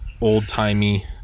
old-timey